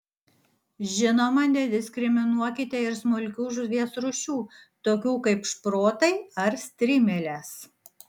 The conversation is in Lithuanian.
žinoma nediskriminuokite ir smulkių žuvies rūšių tokių kaip šprotai ar strimelės